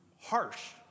harsh